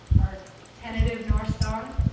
our tentative north star?